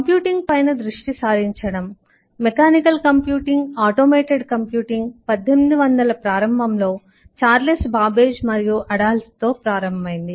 computing పైన దృష్టి సారించడం మెకానికల్ కంప్యూటింగ్ ఆటోమేటెడ్ కంప్యూటింగ్ 1800 ప్రారంభంలో చార్లెస్ బాబేజ్ మరియు అడాల్హ్తో ప్రారంభమైంది